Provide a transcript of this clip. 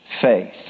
Faith